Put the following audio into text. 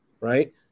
right